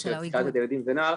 של פסיכיאטרית ילדים ונוער.